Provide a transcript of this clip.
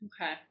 okay